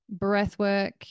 breathwork